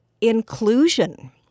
inclusion